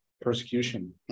persecution